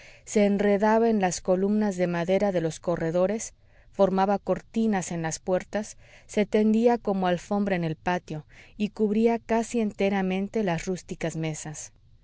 se enredaba en las columnas de madera de los corredores formaba cortinas en las puertas se tendía como alfombra en el patio y cubría casi enteramente las rústicas mesas